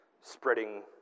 spreading